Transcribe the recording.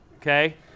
okay